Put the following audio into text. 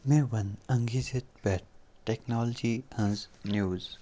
مےٚ وَن پیٹھ ٹٮ۪کنالجی ہٕنٛز نِوٕز